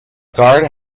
guard